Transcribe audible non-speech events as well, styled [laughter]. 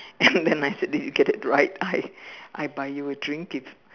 and then [laughs] I said that you get that right I I buy you a drink if